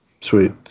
Sweet